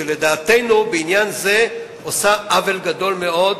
שלדעתנו בעניין זה עושה עוול גדול מאוד,